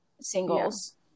singles